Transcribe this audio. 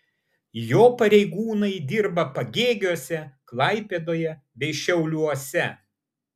jo pareigūnai dirba pagėgiuose klaipėdoje bei šiauliuose